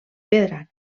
pedra